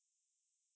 ah I see